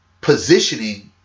positioning